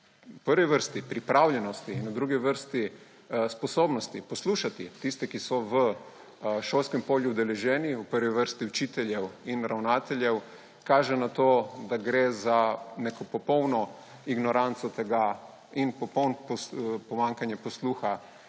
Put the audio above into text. v prvi vrsti pripravljenosti in v drugi vrsti sposobnosti poslušati tiste, ki so v šolskem polju udeleženi, v prvi vrsti učitelje in ravnatelje, kaže na to, da gre za neko popolno ignoranco tega in pomanjkanje posluha